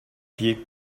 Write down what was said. pied